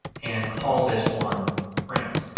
and call this one print.